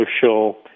social